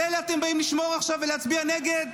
על אלה אתם באים לשמור עכשיו ולהצביע נגד?